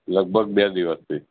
લગભગ બે દિવસથી